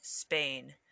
Spain